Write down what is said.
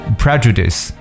prejudice